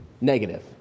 Negative